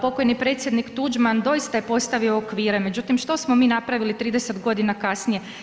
Pokojni predsjednik Tuđman doista je postavio okvire, međutim, što smo mi napravili 30 godina kasnije?